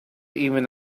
even